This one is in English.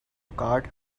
card